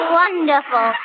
wonderful